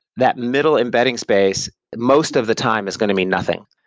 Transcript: that middle embedding space most of the time is going to mean nothing,